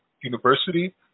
University